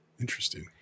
Interesting